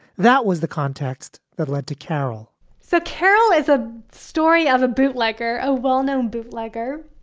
that was the context that led to carol so carol is a story of a bootlegger, a well-known bootlegger.